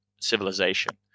civilization